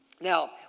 Now